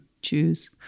choose